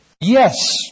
Yes